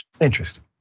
interesting